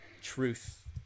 truth